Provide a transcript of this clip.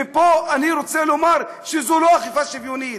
פה אני רוצה לומר שזו לא אכיפה שוויונית,